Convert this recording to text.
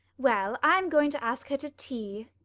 well, i'm going to ask her to tea.